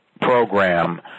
program